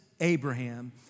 Abraham